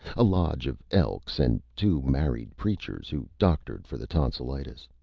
a lodge of elks and two married preachers who doctored for the tonsilitis.